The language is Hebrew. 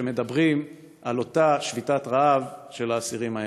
כשמדברים על אותה שביתת רעב של האסירים האלה.